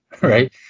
right